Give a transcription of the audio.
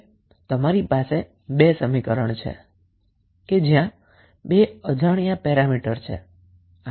હવે તમારી પાસે અઅ બે સમીકરણ છે જ્યાં માત્ર બે અજાણ્યા પેરામીટર 𝑖2 અને 𝑖 3 છે